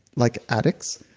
like addicts,